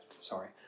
sorry